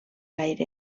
gaire